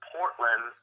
Portland